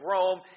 Rome